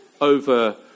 over